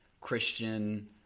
Christian